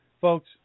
Folks